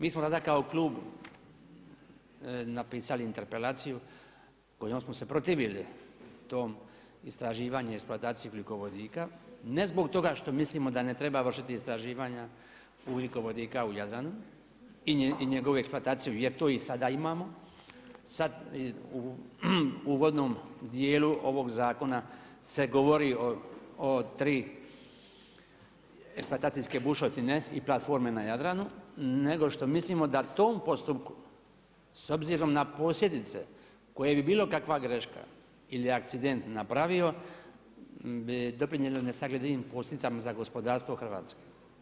Mi smo tada kao klub napisali interpelaciju kojom smo se protivili tom istraživanju i eksploataciji ugljikovodika, ne zbog toga što mislimo da ne treba vršiti istraživanja ugljikovodika u Jadranu i njegovu eksploataciju jer to i sada imamo, sada u uvodnom dijelu ovoga zakona se govori o tri eksploatacijske bušotine i platforme na Jadranu nego što mislimo da tom postupku s obzirom na posljedice koje bi bilo kakva greška ili akcident napravio bi doprinijelo nesagledivim posljedicama za gospodarstvo Hrvatske.